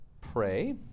pray